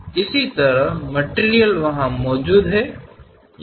ಅಂತೆಯೇ ವಸ್ತುವು ಅಲ್ಲಿ ಇರುತ್ತದೆ